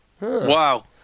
Wow